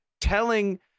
telling